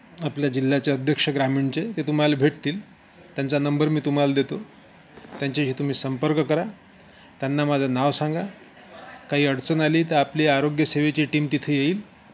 आपल्या जिल्ह्याचे अध्यक्ष ग्रामीणचे ते तुम्हाला भेटतील त्यांचा नंबर मी तुम्हाला देतो त्यांच्याशी तुम्ही संपर्क करा त्यांना माझं नाव सांगा काही अडचण आली तर आपली आरोग्यसेवेची टीम तिथे येईल